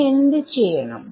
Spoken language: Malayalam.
ഞാൻ എന്ത് ചെയ്യണം